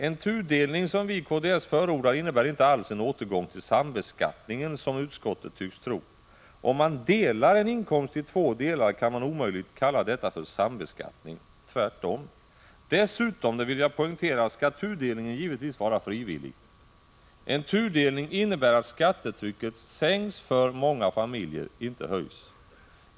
En tudelning, som vi i kds förordar, innebär inte alls en återgång till sambeskattningen, som utskottet tycks tro. Om man delar en inkomst i två delar kan man omöjligt kalla detta för sambeskattning. Tvärtom! Dessutom, det vill jag poängtera, skall tudelningen givetvis vara frivillig. En tudelning innebär att skattetrycket sänks för många familjer, inte höjs.